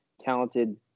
talented